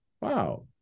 wow